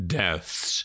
deaths